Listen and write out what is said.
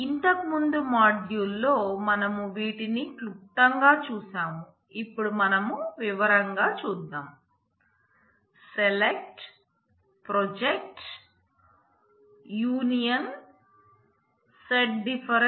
ఇంతకు ముందు మాడ్యూల్ లో మనం వీటిని క్లుప్తంగా చూశాం